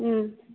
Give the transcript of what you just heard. ꯎꯝ